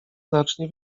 znacznie